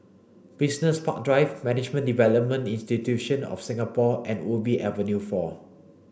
Business Park Drive Management Development institution of Singapore and Ubi Avenue four